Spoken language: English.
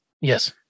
Yes